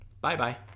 Bye-bye